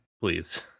Please